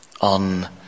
on